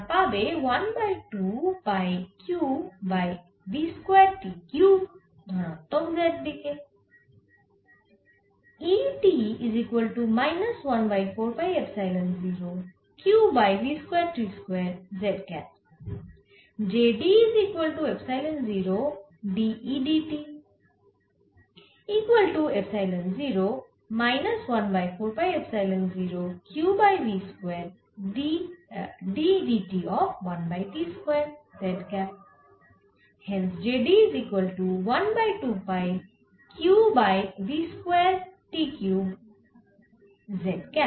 তোমরা পাবে 1 by 2 pi q by v square t cube ধনাত্মক z দিকে